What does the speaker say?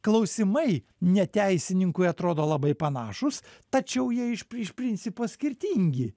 klausimai ne teisininkui atrodo labai panašūs tačiau jie iš iš principo skirtingi